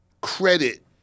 credit